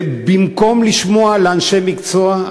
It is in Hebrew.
ובמקום לשמוע לאנשי מקצוע,